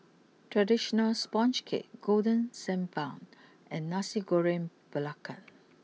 traditional Sponge Cake Golden Sand Bun and Nasi Goreng Belacan